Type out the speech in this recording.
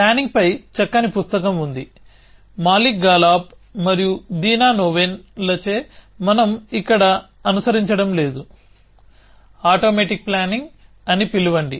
ప్లానింగ్పై చక్కని పుస్తకం ఉంది మాలిక్ గాలాబ్ మరియు దీనా నోవెన్ లచే మనం ఇక్కడ అనుసరించడం లేదు ఆటోమేటిక్ ప్లానింగ్ అని పిలవండి